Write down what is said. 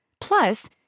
Plus